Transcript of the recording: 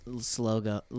slogan